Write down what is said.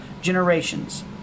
generations